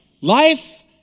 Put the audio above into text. Life